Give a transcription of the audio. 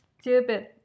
stupid